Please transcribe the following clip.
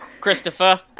Christopher